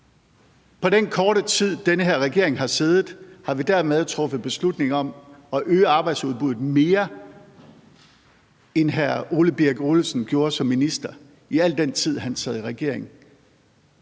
På den korte tid, den her regering har siddet, har vi dermed truffet beslutning om at øge arbejdsudbuddet mere, end hr. Ole Birk Olesen gjorde som minister i al den tid, han sad i regering.